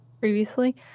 previously